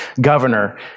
governor